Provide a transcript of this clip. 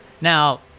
now